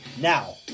Now